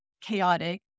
chaotic